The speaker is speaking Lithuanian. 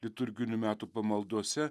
liturginių metų pamaldose